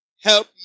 Help